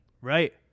Right